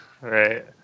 Right